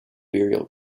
burial